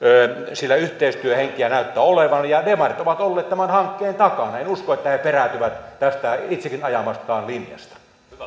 sillä yhteistyöhenkeä näyttää olevan ja demarit ovat olleet tämän hankkeen takana en usko että he he perääntyvät tästä itsekin ajamastaan linjasta